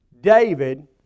David